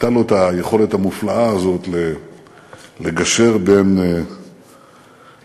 הייתה לו היכולת המופלאה הזאת לגשר בין ציבורים.